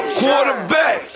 quarterback